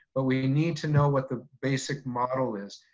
but we need to know what the basic model is.